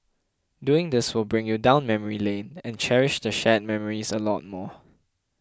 doing this will bring you down memory lane and cherish the shared memories a lot more